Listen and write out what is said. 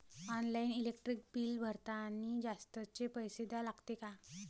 Online electric bill भरतानी जास्तचे पैसे द्या लागते का?